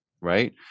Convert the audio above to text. right